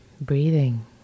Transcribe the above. Breathing